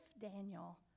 Daniel